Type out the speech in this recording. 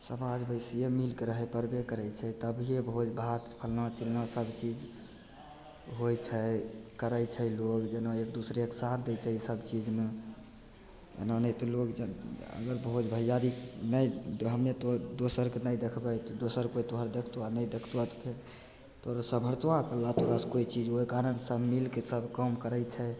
समाजमे अइसेहिए मिलिके रहै पड़बे करै छै तभिए भोजभात फल्लाँ चिल्लाँ सबचीज होइ छै करै छै लोक जेना एक दोसराके साथ दै छै एहि सबचीजमे एना नहि तऽ लोक अगर भोज भैआरी नहि हमे दोसरके नहि देखबै तऽ दोसर कोइ तोहर देखतऽ नहि देखतऽ तऽ फेर तोर सम्हरतऽ अकेला तोहरासे कोइ चीज ओहि कारण मिलिके सब काम करै छै